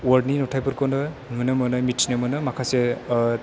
वार्ल्डनि नुथायफोरखौनो नुनो मिथिनो मोनो माखासे